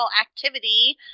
activity